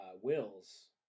wills